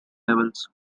levels